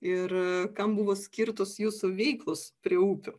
ir kam buvo skirtos jūsų veiklos prie upių